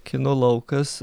kino laukas